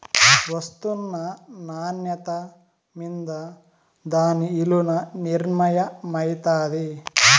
ఒస్తున్న నాన్యత మింద దాని ఇలున నిర్మయమైతాది